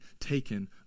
taken